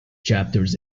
chapters